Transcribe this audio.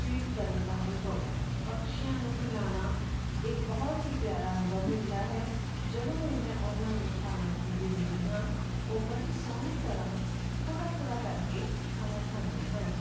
feed ਕਰਨ ਦਾ ਅਨੁਭਵ ਪਕਸ਼ੀਆਂ ਨੂੰ ਖਿਲਾਣਾ ਇੱਕ ਬਹੁਤ ਹੀ ਪਿਆਰਾ ਅਨੁਭਵ ਹੁੰਦਾ ਹੈ ਜਦੋਂ ਵੀ ਮੈਂ ਉਹਨਾਂ ਨੂੰ ਖਾਣਾ ਦਿੰਦੀ ਹਾਂ ਉਹ ਬੜੀ ਸੋਹਣੇ ਤਰ੍ਹਾਂ ਥੋੜਾ ਥੋੜਾ ਕਰਕੇ ਖਾਣਾ ਖਾਂਦੇ ਹਨ